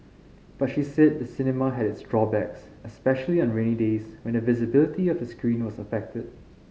but she said the cinema had its drawbacks especially on rainy days when the visibility of the screen was affected